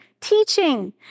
Teaching